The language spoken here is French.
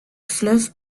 fleuves